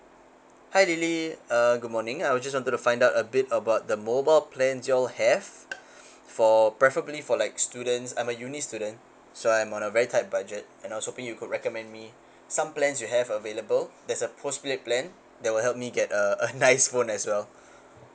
hi lily uh good morning I'll just want to find out a bit about the mobile plans y'all have for preferably for like students I'm a uni student so I'm on a very tight budget and I was hoping you could recommend me some plans you have available that's a post paid plan that will help me get a a nice phone as well